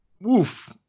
woof